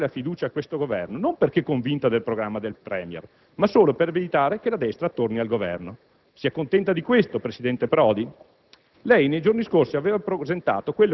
Anche oggi la sinistra radicale dichiara di votare la fiducia a questo Governo, non perché convinta del programma del *Premier*, ma solo per evitare che la destra torni al Governo. Si accontenta di questo, presidente Prodi?